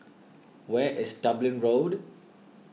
where is Dublin Road